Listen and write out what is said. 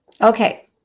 Okay